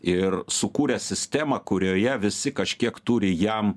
ir sukūręs sistemą kurioje visi kažkiek turi jam